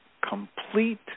complete